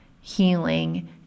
healing